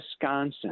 Wisconsin